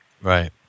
Right